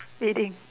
feeding